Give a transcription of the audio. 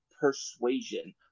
Persuasion